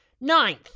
Ninth